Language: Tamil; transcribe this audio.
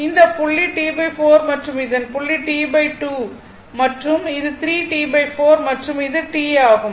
இந்த புள்ளி T 4 மற்றும் இந்த புள்ளி T 2 மற்றும் இது 3 T 4 மற்றும் இது T ஆகும்